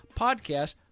podcast